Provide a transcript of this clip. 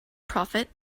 prophet